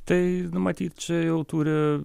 tai nu matyt čia jau turi